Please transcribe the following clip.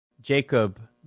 Jacob